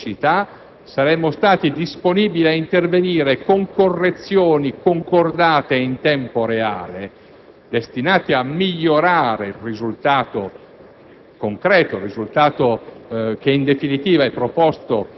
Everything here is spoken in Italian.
Abbiamo, viceversa, convenuto che, laddove esistano delle criticità, saremmo stati disponibili a intervenire con correzioni concordate in tempo reale, destinate a migliorare il risultato